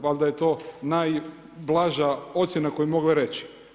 Valjda je to najblaža ocjena koju je mogla reći.